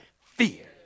Fear